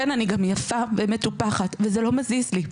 כן, אני גם יפה ומטופחת וזה לא מזיז לי,